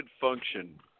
function